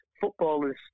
Footballers